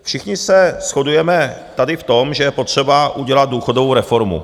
Všichni se shodujeme tady v tom, že je potřeba udělat důchodovou reformu.